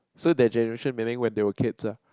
so their generation meaning when they were kids ah